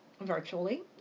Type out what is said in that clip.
virtually